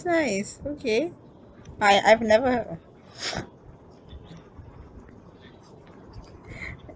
nice okay I I've never heard of